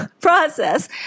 process